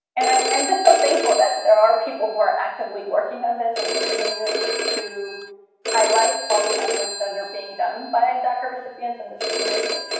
and i'm i'm just so thankful that there are people who are actively working on this and continuing to highlight all the efforts that are being done by dr. recipients in this community,